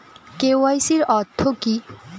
KYC অর্থ কি?